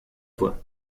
voie